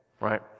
Right